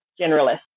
generalist